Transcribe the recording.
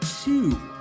two